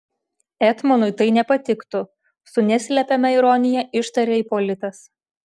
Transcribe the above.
etmonui tai nepatiktų su neslepiama ironija ištarė ipolitas